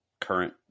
current